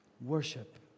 Worship